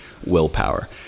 willpower